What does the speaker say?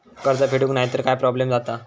कर्ज फेडूक नाय तर काय प्रोब्लेम जाता?